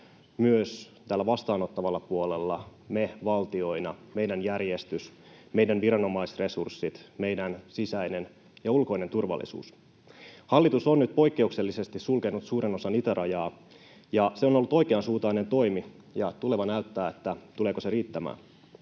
myös täällä vastaanottavalla puolella me valtioina, meidän järjestys, meidän viranomaisresurssit, meidän sisäinen ja ulkoinen turvallisuus. Hallitus on nyt poikkeuksellisesti sulkenut suuren osan itärajaa, ja se on ollut oikeansuuntainen toimi. Tuleva näyttää, tuleeko se riittämään